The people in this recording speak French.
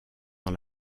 dans